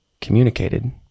communicated